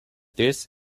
this